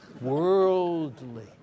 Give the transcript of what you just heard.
worldly